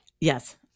Yes